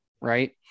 right